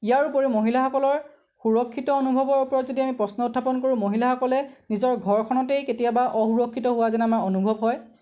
ইয়াৰ উপৰিও মহিলাসকলৰ সুৰক্ষিত অনুভৱৰ ওপৰত যদি আমি প্ৰশ্ন উত্থাপন কৰোঁ মহিলাসকলে নিজৰ ঘৰখনতেই কেতিয়াবা অসুৰক্ষিত হোৱা যেন আমাৰ অনুভৱ হয়